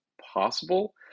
possible